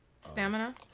Stamina